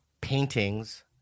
paintings